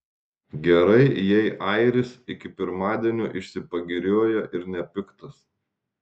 gerai jei airis iki pirmadienio išsipagirioja ir nepiktas